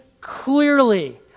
clearly